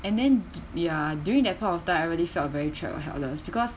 and then there're during that point of time I really felt I'm very trapped or helpless because